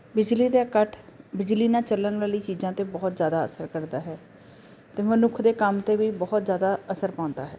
ਬਿਜਲੀ ਦਾ ਕੱਟ ਬਿਜਲੀ ਨਾਲ ਚੱਲਣ ਵਾਲੀਆਂ ਚੀਜ਼ਾਂ 'ਤੇ ਬਹੁਤ ਜ਼ਿਆਦਾ ਅਸਰ ਕਰਦਾ ਹੈ ਅਤੇ ਮਨੁੱਖ ਦੇ ਕੰਮ 'ਤੇ ਵੀ ਬਹੁਤ ਜ਼ਿਆਦਾ ਅਸਰ ਪਾਉਂਦਾ ਹੈ